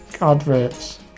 adverts